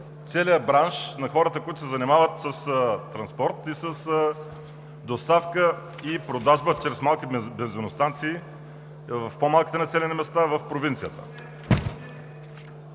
целия бранш на хората, които се занимават с транспорт, с доставка и продажба чрез малки бензиностанции в по-малките населени места, в провинцията.